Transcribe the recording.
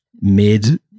mid